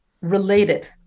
related